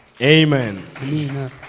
Amen